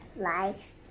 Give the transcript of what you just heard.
likes